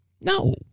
No